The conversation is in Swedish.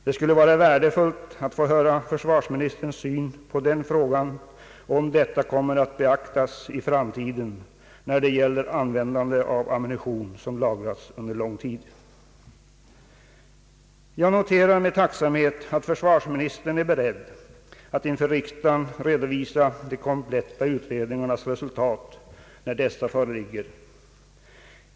Det skulle vara värdefullt att få del av försvarsministerns syn på den frågan och få höra om detta kommer att beaktas i framtiden när det gäller användande av ammunition som har lagrats under lång tid. Jag noterar med tacksamhet att försvarsministern är beredd att inför riksdagen redovisa de kompletta utredningarnas resultat när dessa föreligger.